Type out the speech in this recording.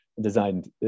designed